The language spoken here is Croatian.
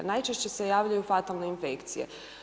Najčešće se javljaju fatalne infekcije.